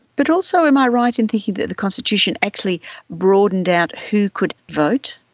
but also am i right in thinking that the constitution actually broadened out who could vote?